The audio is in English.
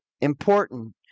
important